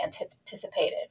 anticipated